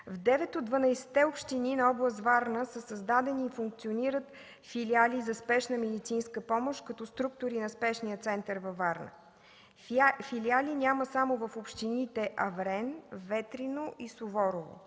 от 12-те общини на област Варна са създадени и функционират филиали за спешна медицинска помощ като структури на спешния център във Варна. Филиали няма само в общините Аврен, Ветрино и Суворово.